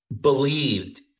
believed